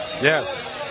Yes